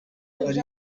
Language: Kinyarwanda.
ari